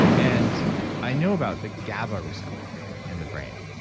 and i knew about the gaba receptor in the brain,